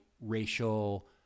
racial